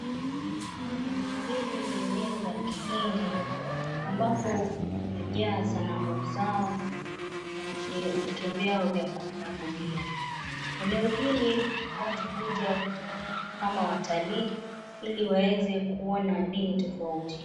Eneo hili ni eneo la kihindi ambapo umejaa sanamu zao na vitu vyao vya kuabudia. Eneo hili watu huja kama watalii ili waweze kuona dini tofauti.